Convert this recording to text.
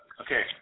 okay